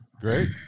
Great